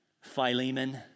Philemon